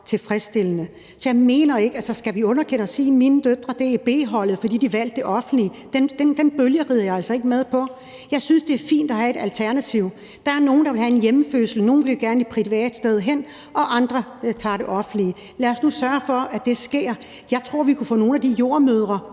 tilfredsstillende. Altså, skal vi underkende det og sige, at mine døtre er på B-holdet, fordi de valgte det offentlige? Den bølge rider jeg altså ikke med på. Jeg synes, det er fint at have et alternativ. Der er nogle, der vil have en hjemmefødsel, nogle vil gerne et privat sted hen, og andre tager det offentlige. Lad os nu sørge for, at det sker. Jeg tror, vi kunne få nogle af de jordemødre,